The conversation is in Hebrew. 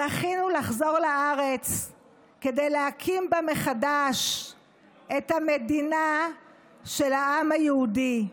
זכינו לחזור לארץ כדי להקים בה מחדש את המדינה של העם היהודי.